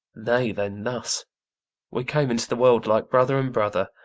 nay, then, thus we came into the world like brother and brother,